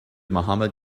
mohammed